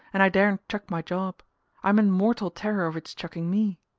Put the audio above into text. and i daren't chuck my job i'm in mortal terror of its chucking me.